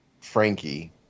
Frankie